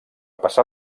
passar